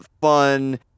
fun